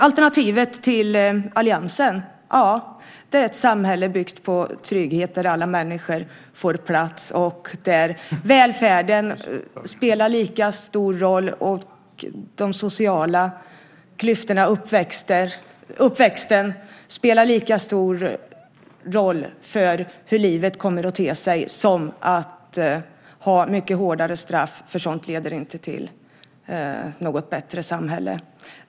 Alternativet till alliansen är ett samhälle byggt på trygghet där alla människor får plats, där välfärden spelar lika stor roll, där de sociala klyftorna och uppväxten spelar lika stor roll för hur livet kommer att te sig som att ha mycket hårdare straff. Sådant leder inte till något bättre samhälle.